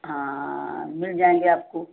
हाँ मिल जाएंगे आपको